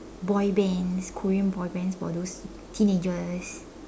boy bands Korean boy bands for those teenagers